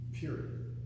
Period